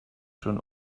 schon